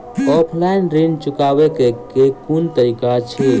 Offline ऋण चुकाबै केँ केँ कुन तरीका अछि?